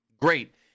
great